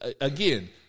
again